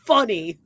Funny